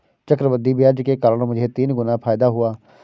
चक्रवृद्धि ब्याज के कारण मुझे तीन गुना फायदा हुआ